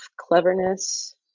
cleverness